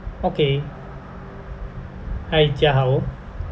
okay hi jiahao